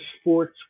sports